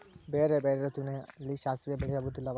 ಬೇರೆ ಬೇರೆ ಋತುವಿನಲ್ಲಿ ಸಾಸಿವೆ ಬೆಳೆಯುವುದಿಲ್ಲವಾ?